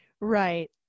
Right